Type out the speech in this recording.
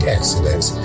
Excellence